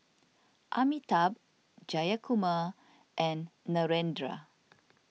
Amitabh Jayakumar and Narendra